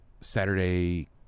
Saturday